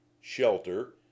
shelter